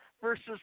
versus